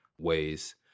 ways